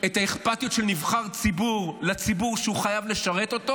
את האכפתיות של נבחר ציבור לציבור שהוא חייב לשרת אותו.